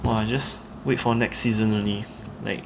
!wah! I just wait for next season only like